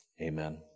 amen